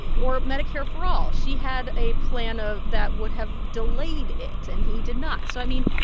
or medicare for all, she had a plan ah that would have delayed it, and he did not. so mean,